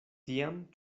tiam